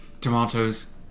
tomatoes